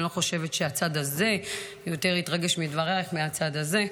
אני לא חושבת שהצד הזה יותר התרגש מדברייך מהצד הזה.